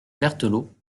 berthelot